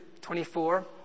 24